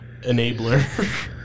enabler